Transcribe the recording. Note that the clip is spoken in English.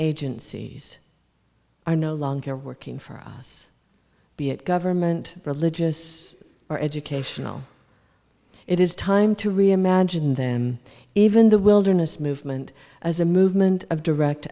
agencies are no longer working for us be it government religious or educational it is time to reimagine them even the wilderness movement as a movement of direct